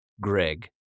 Greg